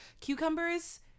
Cucumbers